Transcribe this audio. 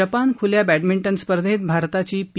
Japan खुल्या badminton स्पर्धेत भारतीची पी